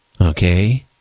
okay